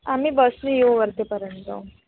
आम्ही बसनी येऊ वर्ध्यापर्यंत